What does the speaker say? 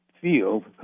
feel